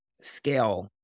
scale